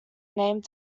named